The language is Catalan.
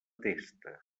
testa